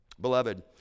Beloved